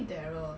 oh